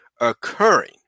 occurring